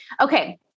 Okay